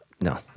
No